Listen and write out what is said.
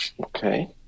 Okay